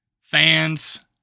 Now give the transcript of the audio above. fans